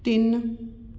ਤਿੰਨ